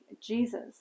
Jesus